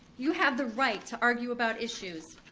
you have the right to argue about issues.